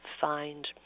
find